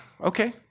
Okay